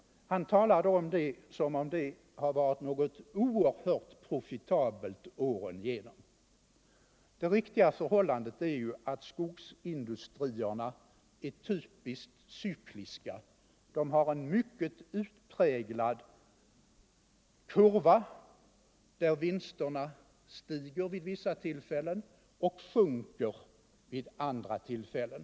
Han talar om massaindustrin som om den hade varit oerhört Nr 125 profitabel åren igenom. Det riktiga förhållandet är att skogsindustrierna Onsdagen den är typiskt cykliska. De har en mycket utpräglad kurva. Vinsterna stiger — 20 november 1974 vid vissa tillfällen och sjunker vid andra tillfällen.